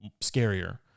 scarier